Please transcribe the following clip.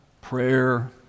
prayer